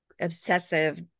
obsessive